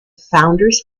founders